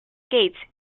gates